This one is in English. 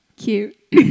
cute